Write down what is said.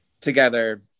together